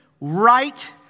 right